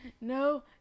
no